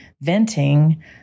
venting